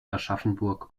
aschaffenburg